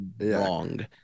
wrong